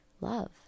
love